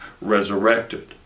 resurrected